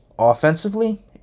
offensively